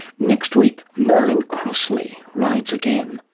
next week, merlin crossley rides again!